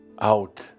out